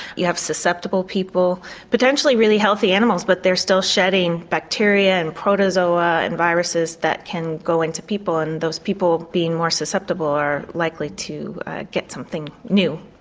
you have susceptible people, potentially really healthy animals but they are still shedding bacteria and protozoa and viruses that can go into people and those people being more susceptible are more likely to get something new.